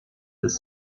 this